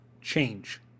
change